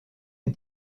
est